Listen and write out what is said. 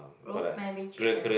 rosemary chicken